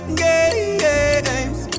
games